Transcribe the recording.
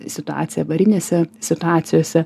situaciją avarinėse situacijose